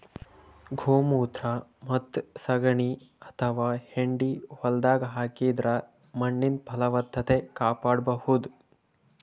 ಗೋಮೂತ್ರ ಮತ್ತ್ ಸಗಣಿ ಅಥವಾ ಹೆಂಡಿ ಹೊಲ್ದಾಗ ಹಾಕಿದ್ರ ಮಣ್ಣಿನ್ ಫಲವತ್ತತೆ ಕಾಪಾಡಬಹುದ್